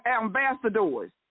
ambassadors